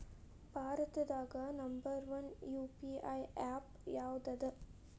ಭಾರತದಾಗ number one UPI app ಯಾವದದ